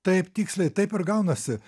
taip tiksliai taip ir gaunasi